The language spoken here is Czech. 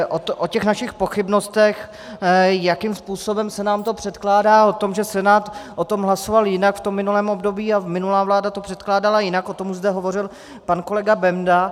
O těch našich pochybnostech, jakým způsobem se nám to předkládá, o tom, že Senát o tom hlasoval jinak v tom minulém období a ta minulá vláda to předkládala jinak, o tom už zde hovořil pan kolega Benda.